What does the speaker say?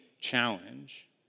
challenge